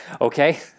Okay